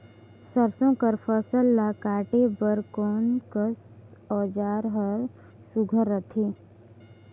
सरसो कर फसल ला काटे बर कोन कस औजार हर सुघ्घर रथे?